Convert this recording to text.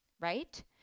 right